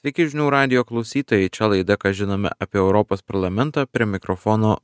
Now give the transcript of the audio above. sveiki žinių radijo klausytojai čia laida ką žinome apie europos parlamentą prie mikrofono